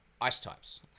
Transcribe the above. Ice-types